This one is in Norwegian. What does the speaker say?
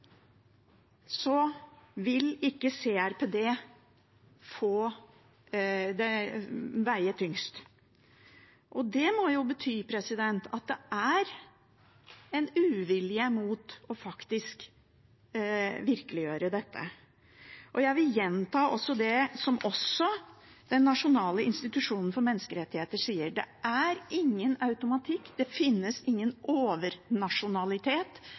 vil ikke CRPD veie tyngst. Det må jo bety at det en uvilje mot faktisk å virkeliggjøre dette. Jeg vil gjenta det som også Norges institusjon for menneskerettigheter sier: Det er ingen automatikk, det finnes ingen overnasjonalitet